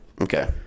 Okay